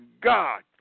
God